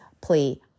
play